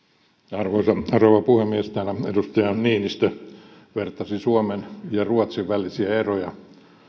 arvoisa rouva puhemies täällä edustaja niinistö vertasi suomen ja ruotsin välisiä eroja